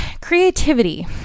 Creativity